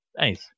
Nice